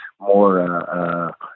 more